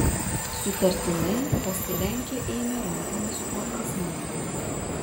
sutartinai pasilenkę ėmė rankomis kuopti sniegą